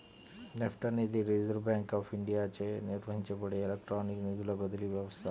NEFT అనేది reserve bank of ఇండియాచే నిర్వహించబడే ఎలక్ట్రానిక్ నిధుల బదిలీ వ్యవస్థ